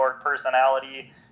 personality